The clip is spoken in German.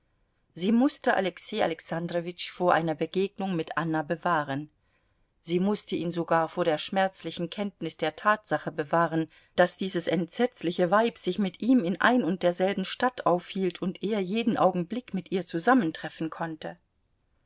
sie mußte alexei alexandrowitsch vor einer begegnung mit anna bewahren sie mußte ihn sogar vor der schmerzlichen kenntnis der tatsache bewahren daß dieses entsetzliche weib sich mit ihm in ein und derselben stadt aufhielt und er jeden augenblick mit ihr zusammentreffen konnte